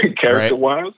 character-wise